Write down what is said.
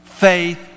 Faith